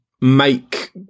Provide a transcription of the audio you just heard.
make